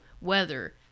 weather